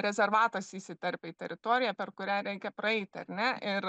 rezervatas įsiterpia į teritoriją per kurią reikia praeiti ar ne ir